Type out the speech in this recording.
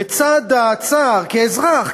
בצד הצער כאזרח,